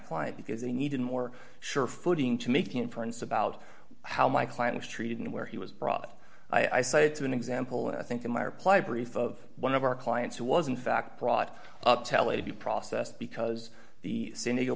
client because they needed more sure footing to make inference about how my client was treated and where he was brought i say to an example i think in my reply brief of one of our clients who was in fact brought up tele to be processed because the scenario